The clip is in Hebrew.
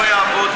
לא יעבוד,